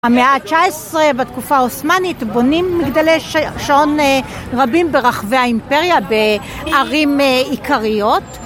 במאה ה-19 בתקופה העותמאנית, בונים מגדלי שעון רבים ברחבי האימפריה בערים עיקריות